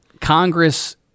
Congress